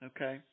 Okay